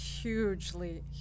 Hugely